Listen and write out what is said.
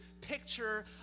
picture